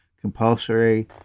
compulsory